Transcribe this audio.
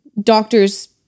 doctors